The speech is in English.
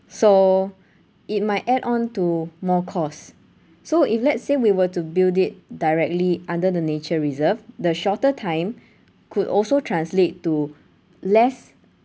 so it might add on to more costs so if let's say we were to build it directly under the nature reserve the shorter time could also translate to less